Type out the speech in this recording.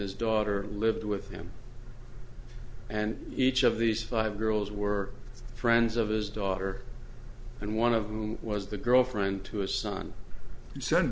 his daughter lived with him and each of these five girls were friends of his daughter and one of whom was the girlfriend to his son s